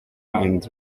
and